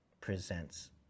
presents